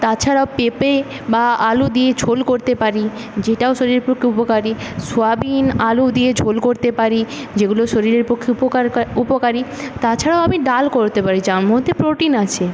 তাছাড়া পেঁপে বা আলু দিয়ে ঝোল করতে পারি যেটাও শরীরের পক্ষে উপকারী সয়াবিন আলু দিয়ে ঝোল করতে পারি যেগুলো শরীরের পক্ষে উপকার উপকারী তাছাড়া আমি ডাল করতে পারি যার মধ্যে প্রোটিন আছে